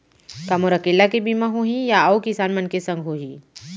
का मोर अकेल्ला के बीमा होही या अऊ किसान मन के संग होही?